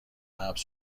حبس